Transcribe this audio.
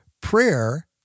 Prayer